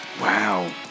wow